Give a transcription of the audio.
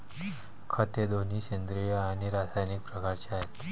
खते दोन्ही सेंद्रिय आणि रासायनिक प्रकारचे आहेत